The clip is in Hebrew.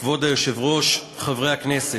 כבוד היושב-ראש, חברי הכנסת,